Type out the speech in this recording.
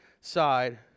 side